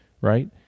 right